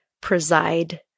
preside